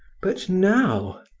but now,